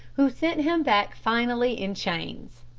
who sent him back finally in chains.